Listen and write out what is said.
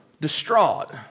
distraught